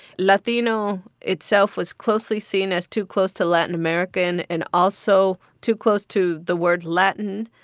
latino itself was closely seen as too close to latin american and also too close to the word latin.